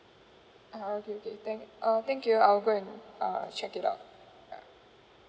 uh okay okay thank uh thank you I'll go and uh check it out ya